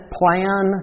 plan